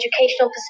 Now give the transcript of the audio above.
educational